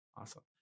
Awesome